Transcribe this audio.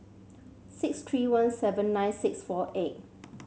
six three one seven nine six four eight